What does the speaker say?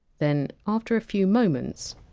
then, after a few moments